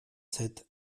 sept